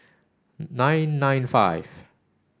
nine nine five